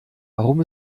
warum